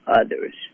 others